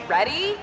Ready